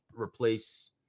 replace